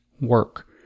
work